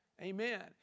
Amen